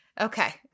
Okay